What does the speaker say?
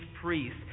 priests